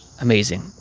amazing